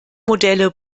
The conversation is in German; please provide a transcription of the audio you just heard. modelle